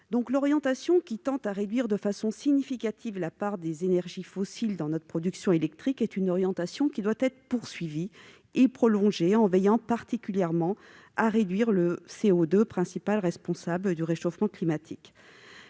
L'orientation qui tend à réduire de façon significative la part des énergies fossiles dans notre production électrique doit être poursuivie et prolongée, en veillant particulièrement à réduire le CO2, principal responsable du réchauffement climatique.